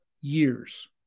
years